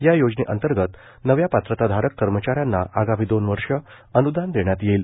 या योजनेअंतर्गत नव्या पात्रताधारक कर्मचाऱ्यांना आगामी दोन वर्ष अन्दान देण्यात येईल